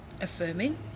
affirming